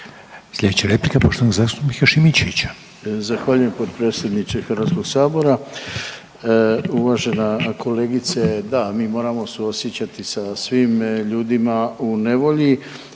Slijedeća replika je poštovanog zastupnika Šimičevića. **Šimičević, Rade (HDZ)** Zahvaljujem potpredsjedniče Hrvatskog sabora. Uvažena kolegice da, mi moramo suosjećati sa svim ljudima u nevolji